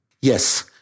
Yes